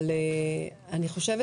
אבל אני חושבת